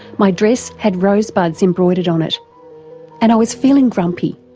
my dress had rosebuds embroidered on it and i was feeling grumpy.